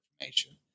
information